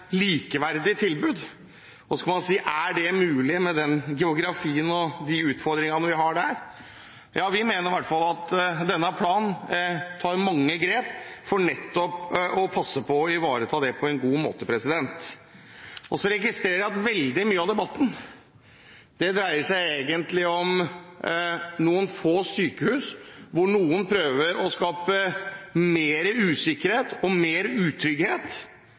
likeverdig tilbud. Så kan man si: Er det mulig – med den geografien og de utfordringene vi har der? Vi mener i hvert fall at denne planen tar mange grep, nettopp for å passe på å ivareta dette på en god måte. Jeg registrerer at veldig mye av debatten egentlig dreier seg om noen få sykehus, hvor noen prøver å skape mer usikkerhet og mer utrygghet